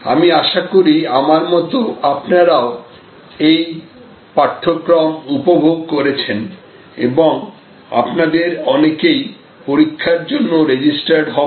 আমি আশা করি আমার মত আপনারাও এই পাঠক্রম উপভোগ করেছেন এবং আপনাদের অনেকেই পরীক্ষার জন্য রেজিস্টার্ড হবেন